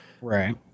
Right